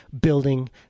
building